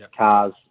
cars